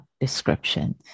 description